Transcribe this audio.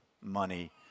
money